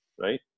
right